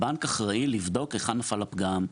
הבנק אחראי לבדוק היכן נפל הפגם,